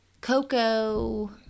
Coco